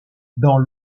dans